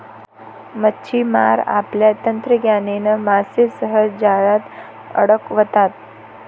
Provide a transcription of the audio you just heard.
मच्छिमार आपल्या तंत्रज्ञानाने मासे सहज जाळ्यात अडकवतात